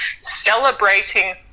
celebrating